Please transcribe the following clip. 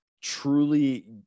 truly